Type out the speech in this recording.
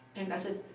and i said,